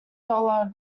dollar